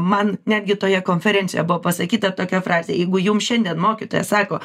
man netgi toje konferencijoj buvo pasakyta tokia frazė jeigu jums šiandien mokytojas sako